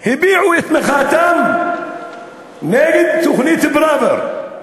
הביעו את מחאתם נגד תוכנית פראוור.